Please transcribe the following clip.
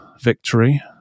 victory